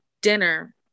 dinner